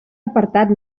apartat